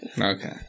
Okay